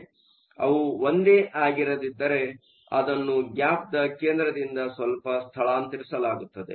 ಆದರೆ ಅವು ಒಂದೇ ಆಗಿರದಿದ್ದರೆ ಅದನ್ನು ಗ್ಯಾಪ್ನ ಕೇಂದ್ರದಿಂದ ಸ್ವಲ್ಪ ಸ್ಥಳಾಂತರಿಸಲಾಗುತ್ತದೆ